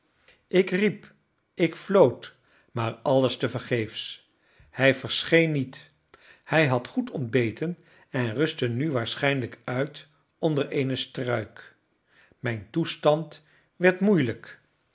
ik riep ik floot maar alles tevergeefs hij verscheen niet hij had goed ontbeten en rustte nu waarschijnlijk uit onder eene struik mijn toestand werd moeielijk